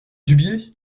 dubié